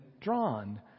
drawn